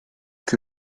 que